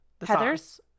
Heather's